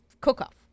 cook-off